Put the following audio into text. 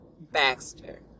Baxter